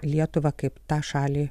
lietuvą kaip tą šalį